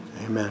Amen